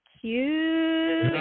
cute